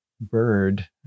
bird